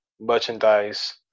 merchandise